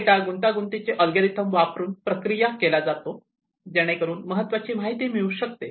हा डेटा गुंतागुंतीचे अल्गोरिदम वापरून प्रक्रिया केला जातो जेणेकरून महत्त्वाची माहिती मिळू शकते